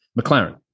McLaren